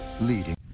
Leading